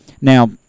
Now